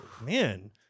Man